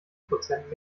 prozent